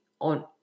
on